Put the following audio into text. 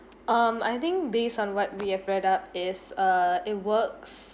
um I think based on what we have read up is uh it works